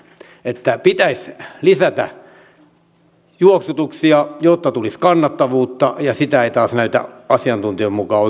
että pitäisi lisätä juoksutuksia jotta tulisi kannattavuutta ja sitä ei taas näytä asiantuntijoiden mukaan oikein ympäristö kestävän